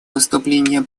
выступление